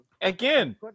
again